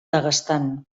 daguestan